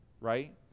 right